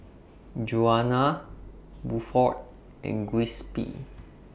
Juana Buford and Giuseppe